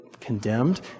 condemned